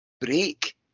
break